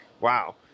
Wow